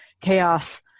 chaos